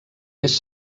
més